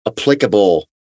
applicable